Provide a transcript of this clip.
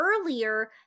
earlier